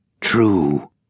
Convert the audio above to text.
true